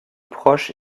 proche